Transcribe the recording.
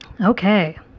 Okay